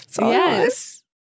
Yes